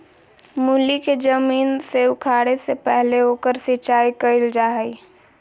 मूली के जमीन से उखाड़े से पहले ओकर सिंचाई कईल जा हइ